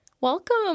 Welcome